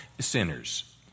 sinners